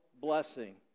blessing